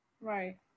Right